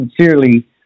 sincerely